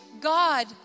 God